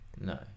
No